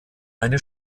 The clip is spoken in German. eine